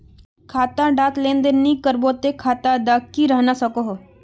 खाता डात लेन देन नि करबो ते खाता दा की रहना सकोहो?